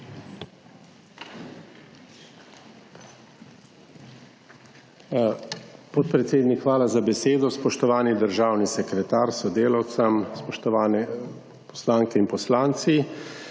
Podpredsednik, hvala za besedo. Spoštovani državni sekretar s sodelavcem, spoštovane poslanke in poslanci!